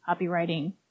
copywriting